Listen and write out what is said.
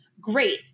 great